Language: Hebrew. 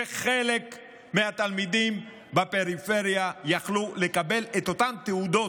וחלק מהתלמידים בפריפריה יכלו לקבל את אותן תעודות,